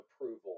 approval